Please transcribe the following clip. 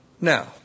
Now